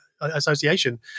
association